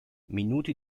minute